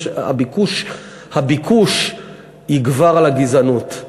הביקוש יגבר על הגזענות.